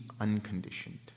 unconditioned